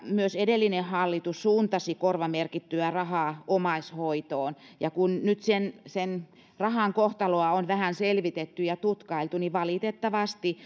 myös edellinen hallitus suuntasi korvamerkittyä rahaa omaishoitoon ja kun nyt sen sen rahan kohtaloa on vähän selvitetty ja tutkailtu niin valitettavasti